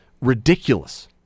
ridiculous